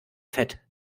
fett